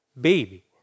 baby